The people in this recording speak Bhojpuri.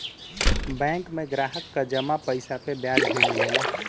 बैंक में ग्राहक क जमा पइसा पे ब्याज भी मिलला